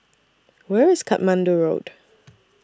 Where IS Katmandu Road